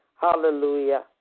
Hallelujah